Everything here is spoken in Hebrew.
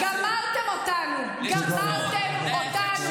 אין לנו יותר כוחות.